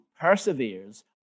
perseveres